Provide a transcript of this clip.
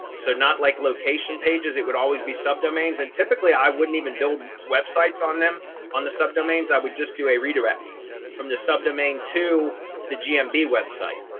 so not like location pages, it would always be sub domains. and typically i wouldn't even build websites on them on the sub domains, i would just do a redirect from the sub domain to the gmb website.